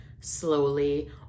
slowly